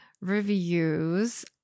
reviews